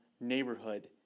neighborhood